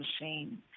machine